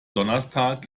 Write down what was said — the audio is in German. donnerstag